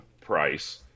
price –